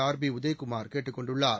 RB Udhayakumar கேட்டுக் கொண்டுள்ளார்